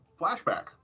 flashback